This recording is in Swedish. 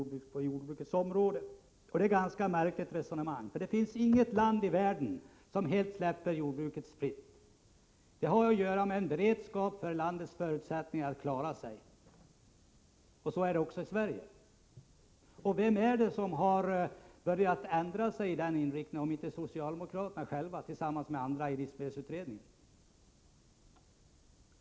Det är ett märkligt resonemang. Det finns inget land i världen som helt släpper jordbrukspriserna fria, och det har att göra med en beredskap för landets förutsättningar att klara sig. Så är det även i Sverige. Men vem är det som har börjat ändra sig i fråga om denna inriktning om inte socialdemokraterna, tillsammans med några andra i livsmedelsutredningen!